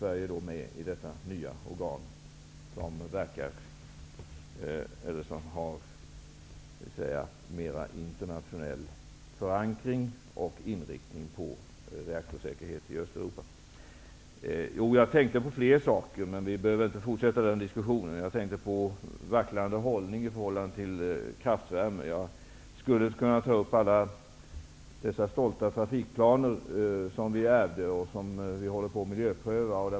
Sverige är alltså med i detta nya organ, som har en mer internationell förankring och inriktning på reaktorsäkerhet i Östeuropa. När jag sade att det var hit och dit med socialdemokratin tänkte jag på fler saker, men vi behöver inte fortsätta den diskussionen nu. Jag tänkte på deras vacklande hållning i förhållande till kraftvärme. Jag skulle kunna ta upp alla dessa stolta trafikplaner som vi ärvde och som vi nu håller på att miljöpröva.